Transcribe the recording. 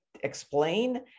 explain